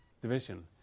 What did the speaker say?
division